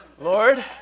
Lord